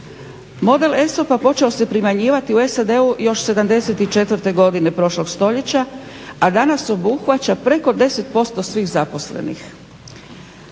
Model ESOP-a počeo se primjenjivati u SAD još '74. prošloga stoljeća, a danas obuhvaća preko 10% svih zaposlenih.